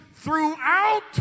Throughout